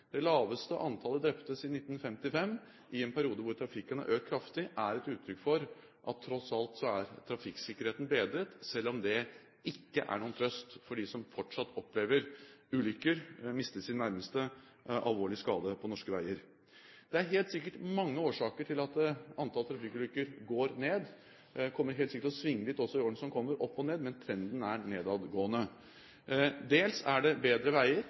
Det laveste antall drepte siden 1955 i en periode hvor trafikken har økt kraftig, er et uttrykk for at trafikksikkerheten tross alt er bedret, selv om det ikke er noen trøst for dem som fortsatt opplever ulykker, mister sine nærmeste eller får alvorlige skader på norske veier. Det er helt sikkert mange årsaker til at antall trafikkulykker går ned, og det kommer helt sikkert til å svinge litt opp og ned også i årene som kommer, men trenden er nedadgående. Dels er det bedre veier,